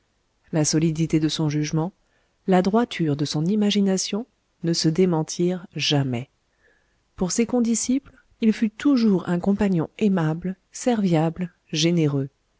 la solidité de son jugement la droiture de son imagination ne se démentirent jamais pour ses condisciples il fut toujours un compagnon aimable serviable généreux